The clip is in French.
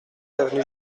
avenue